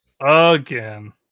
Again